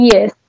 Yes